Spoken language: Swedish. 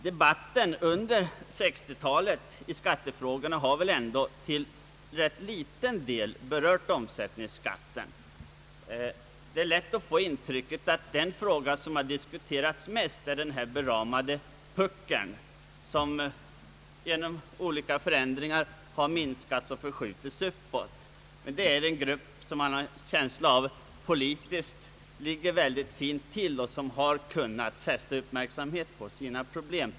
Debatten under 1960-talet i skattefrågorna har väl till rätt liten del berört omsättningsskatten. Det är lätt att få intrycket att den fråga som har diskuterats mest är den s.k. puckeln på direkta skatteskalan. Genom olika förändringar har den minskats och förskjutits uppåt. Man har en känsla. av att det rört en grupp som politiskt ligger mycket väl till och som kunnat fästa uppmärksamheten på sina problem.